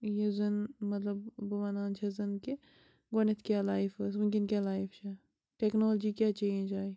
یُس زَن مطلب بہٕ وَنان چھیٚس زَن کہِ گۄڈنیٚتھ کیٛاہ لایف ٲس وُنٛکیٚن کیٛاہ لایِف چھِ ٹیٚکنالوجی کیٛاہ چینٛج آیہِ